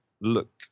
look